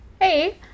Hey